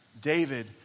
David